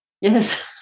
Yes